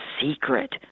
secret